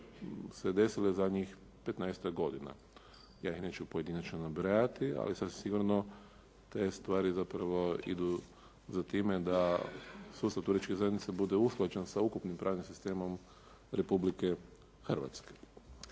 se desile zadnjih 15-ak godina, ja ih neću pojedinačno nabrajati ali sigurno te stvari idu za time da sustav turističkih zajednica bude usklađen sa ukupnim pravnim sistemom Republike Hrvatske.